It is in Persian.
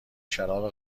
شراب